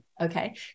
Okay